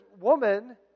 woman